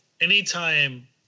anytime